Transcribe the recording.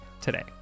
today